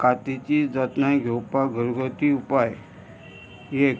कातीची जतनाय घेवपाक घरगती उपाय एक